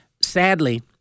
sadly